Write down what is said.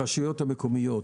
הרשויות המקומיות,